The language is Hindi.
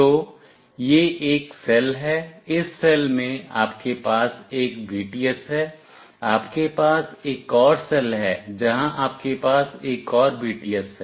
तो यह एक सेल है इस सेल में आपके पास एक BTS है आपके पास एक और सेल है जहां आपके पास एक और BTS है